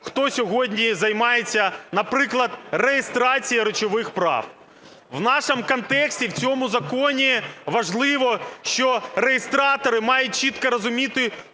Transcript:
хто сьогодні займається, наприклад, реєстрацією речових прав. В нашому контексті в цьому законі важливо, що реєстратори мають чітко розуміти